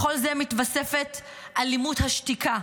לכל זה מתווספת אלימות השתיקה,